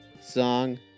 song